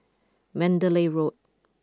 Mandalay Road